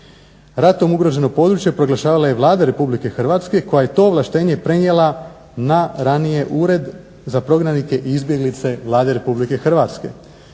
Ratom ugroženo područje proglašavala je Vlada Republike Hrvatske koja je to ovlaštenje prenijela na ranije Ured za prognanike i izbjeglice Vlade RH. Ured